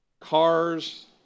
cars